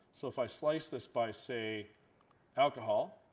so if i slice this by say alcohol,